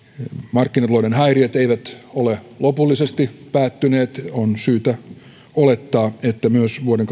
markkinatalouden häiriöt eivät ole lopullisesti päättyneet on syytä olettaa että myös vuoden